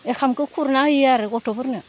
ओंखामखौ खुरना होयो आरो गथ'फोरनो